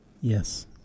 Yes